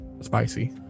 spicy